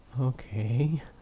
Okay